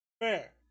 Fair